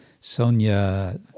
Sonia